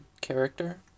character